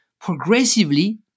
progressively